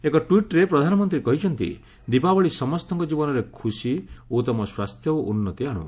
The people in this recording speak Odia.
ଏକ ଟ୍ୱିଟ୍ରେ ପ୍ରଧାନମନ୍ତ୍ରୀ କହିଛନ୍ତି ଦୀପାବଳି ସମସ୍ତଙ୍କ ଜୀବନରେ ଖୁସି ଉତ୍ତମ ସ୍ୱାସ୍ଥ୍ୟ ଓ ଉନ୍ନତି ଆଣୁ